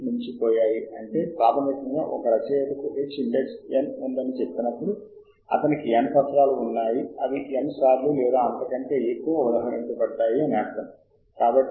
మనం చేయవలసింది ఒక్కసారి మనకు అవసరమైన ప్రతి వర్గీకరణ రకానికి మనము క్రమబద్ధీకరించాలనుకునే మార్గం ద్వారా క్రమబద్ధీకరించాము మొదట ఆ రకాన్ని ఎంచుకోండి మరియు మీరు ఇక్కడ రకాన్ని మార్చిన క్షణం పేజీ క్రమబద్ధీకరించడానికి రిఫ్రెష్ అవుతుంది